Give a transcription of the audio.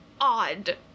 odd